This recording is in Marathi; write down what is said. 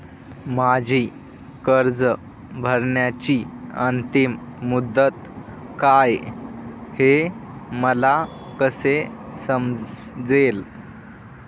माझी कर्ज भरण्याची अंतिम मुदत काय, हे मला कसे समजेल?